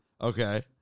Okay